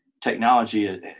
technology